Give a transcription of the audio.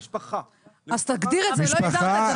יש פה תגמול --- אז למה הוספת פה לילד?